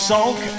Sulk